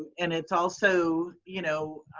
and it's also you know